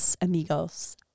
amigos